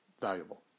valuable